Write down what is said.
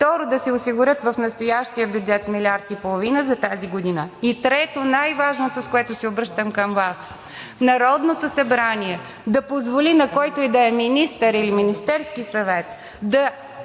Второ, да се осигурят в настоящия бюджет милиард и половина за тази година. Трето, най-важното, с което се обръщам към Вас – Народното събрание да позволи на който и да е министър или на Министерския съвет да